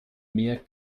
mehr